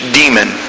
demon